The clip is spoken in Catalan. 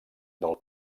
del